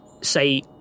say